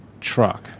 truck